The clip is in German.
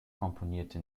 komponierte